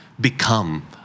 become